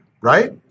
right